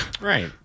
Right